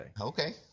okay